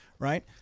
Right